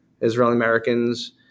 Israeli-Americans